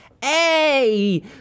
Hey